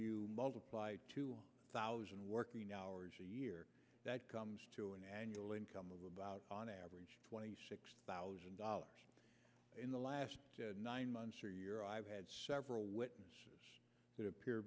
you multiply two thousand working hours a year that comes to an annual income of about on average twenty six thousand dollars in the last nine months or year i've had several witnesses